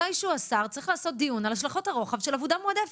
מתישהו השר צריך לעשות דיון על השלכות הרוחב של עבודה מועדפת.